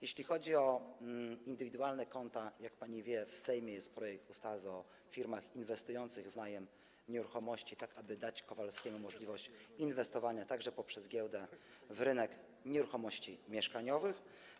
Jeśli chodzi o indywidualne konta, jak pani wie, w Sejmie jest projekt ustawy o firmach inwestujących w najem nieruchomości, tak aby dać Kowalskiemu możliwość inwestowania także poprzez giełdę w rynek nieruchomości mieszkaniowych.